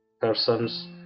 persons